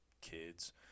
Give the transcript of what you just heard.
kids